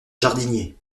jardinier